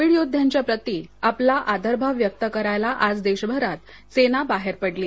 कोविडयोद्ध्यांच्या प्रती आपला आदरभाव व्यक्त करायला आज देशभरात सेना बाहेर पडली